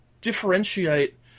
differentiate